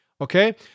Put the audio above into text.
okay